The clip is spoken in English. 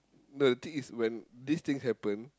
no the thing is when these things happen